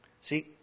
See